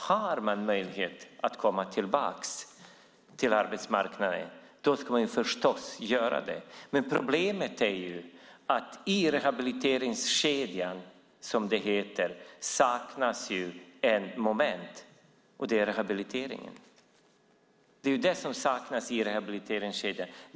Har man möjlighet att komma tillbaka till arbetsmarknaden ska man förstås göra det. Men problemet är att i er rehabiliteringskedja, som det heter, saknas ett moment, och det är rehabiliteringen.